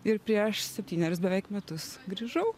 ir prieš septynerius beveik metus grįžau